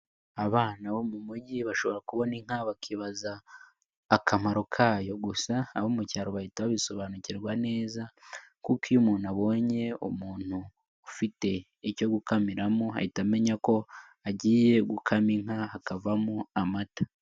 Abana bo mu mugi bashobora kubona inka bakibaza akamaro kayo, gusa abo mu cyaro bahita babisobanukirwa neza kuko iyo umuntu abonye umuntu ufite icyo gukamiramo ahita amenya ko agiye gukama inka hakavamo amata.